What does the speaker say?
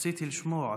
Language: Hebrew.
רציתי לשמוע אותך.